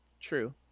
true